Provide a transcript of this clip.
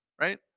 right